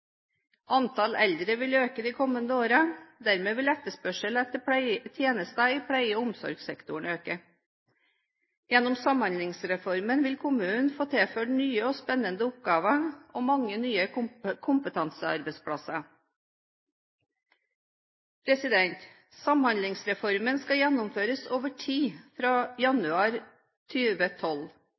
Antall eldre vil øke de kommende årene, og dermed vil etterspørselen etter tjenester i pleie- og omsorgssektoren øke. Gjennom Samhandlingsreformen vil kommunene få tilført nye og spennende oppgaver og mange nye kompetansearbeidsplasser. Samhandlingsreformen skal gjennomføres over tid fra januar